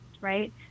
right